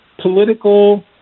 political